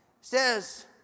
says